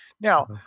now